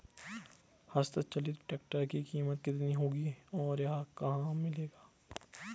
हस्त चलित ट्रैक्टर की कीमत कितनी होगी और यह कहाँ मिलेगा?